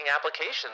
applications